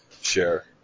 share